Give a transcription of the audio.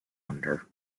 wonder